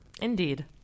Indeed